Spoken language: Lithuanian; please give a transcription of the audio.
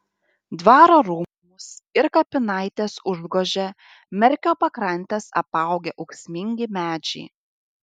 dvaro rūmus ir kapinaites užgožia merkio pakrantes apaugę ūksmingi medžiai